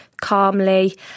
calmly